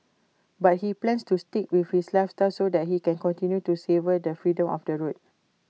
but he plans to stick with this lifestyle so that he can continue to savour the freedom of the road